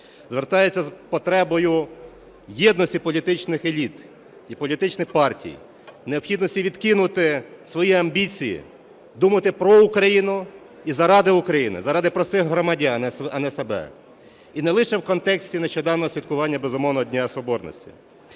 звертається з потребою єдності політичних еліт і політичних партій, необхідності відкинути свої амбіції, думати про Україну і заради України, заради простих громадян, а не себе. І не лише в контексті нещодавнього святкування, безумовно, Дня Соборності.